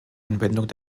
anwendung